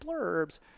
blurbs